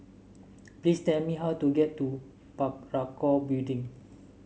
please tell me how to get to Parakou Building